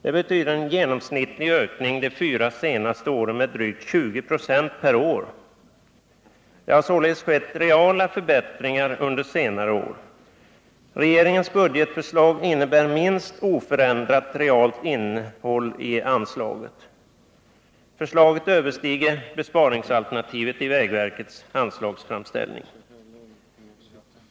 Det betyder en genomsnittlig ökning under de fyra senaste åren med drygt 20 96 per år. Reala förbättringar har således skett under senare år. Regeringens budgetförslag innebär minst oförändrat realt innehåll i anslaget. Förslaget överstiger besparingsalternativet i vägverkets anslagsframställning.